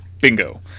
Bingo